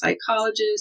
psychologist